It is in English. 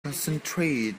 concentrate